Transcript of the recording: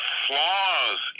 flaws